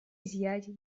изъятий